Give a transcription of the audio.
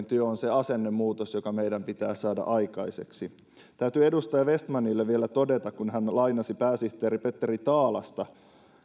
työ on se asennemuutos joka meidän pitää saada aikaiseksi täytyy edustaja vestmanille vielä todeta kun hän lainasi pääsihteeri petteri taalasta että